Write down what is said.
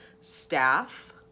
staff